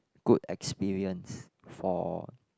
good experience for